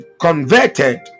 converted